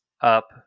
up